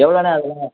எவ்வளோண்ணே அதெலாம்